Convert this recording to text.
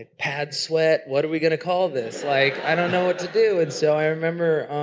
and pad sweat, what are we going to call this? like, i don't know what to do. and so i remember